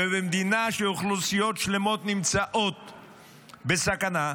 במדינה שאוכלוסיות שלמות נמצאות בסכנה,